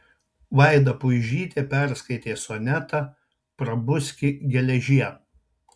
vaida puižytė perskaitė sonetą prabuski geležie